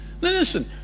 Listen